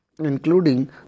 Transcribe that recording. including